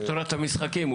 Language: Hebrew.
זה מתורת המשחקים.